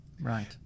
right